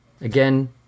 Again